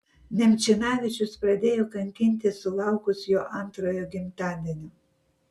nemčinavičius pradėjo kankinti sulaukus jo antrojo gimtadienio